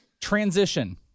Transition